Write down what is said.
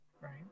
right